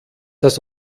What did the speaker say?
das